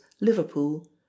Liverpool